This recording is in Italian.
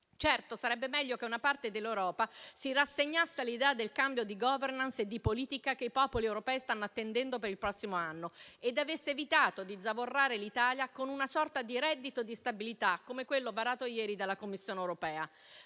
Certamente sarebbe meglio che una parte dell'Europa si rassegnasse all'idea del cambio di *governance* e di politica che i popoli europei stanno attendendo per il prossimo anno ed avesse evitato di zavorrare l'Italia con una sorta di reddito di stabilità, come quello varato ieri dalla Commissione europea.